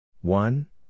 One